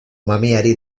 mamiari